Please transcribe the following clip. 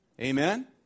Amen